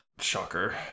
shocker